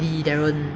and darren